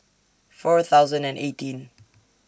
four thousand and eighteen